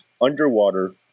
underwater